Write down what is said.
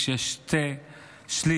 כשיש שני שלישים,